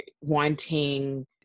wanting